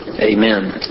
Amen